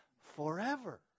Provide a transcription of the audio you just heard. forever